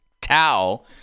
towel